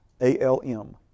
A-L-M